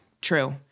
true